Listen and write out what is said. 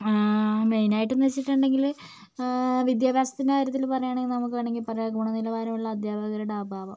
main ആയിട്ട് എന്ന് വെച്ചിട്ടുണ്ടെങ്കിൽ വിദ്യാഭ്യാസത്തിൻ്റെ കാര്യത്തിൽ പറയുകയാണെങ്കിൽ നമുക്ക് പറയാം ഗുണവനിലവാരമുള്ള അധ്യാപകരുടെ അഭാവം